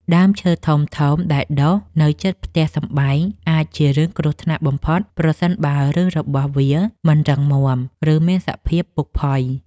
ដើមឈើធំៗដែលដុះនៅជិតផ្ទះសម្បែងអាចជារឿងគ្រោះថ្នាក់បំផុតប្រសិនបើឫសរបស់វាមិនរឹងមាំ ឬមានសភាពពុកផុយ។